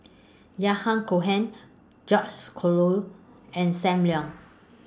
Yahya Cohen George's Collyer and SAM Leong